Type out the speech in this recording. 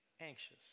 anxious